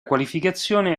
qualificazione